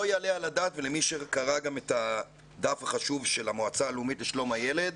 מי שקרא את הדף החשוב של המועצה הלאומית לשלום הילד,